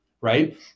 right